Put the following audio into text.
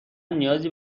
نیازی